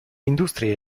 industrie